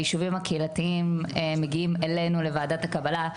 היישובים הקהילתיים מגיעים אלינו לוועדת הקבלה,